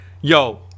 yo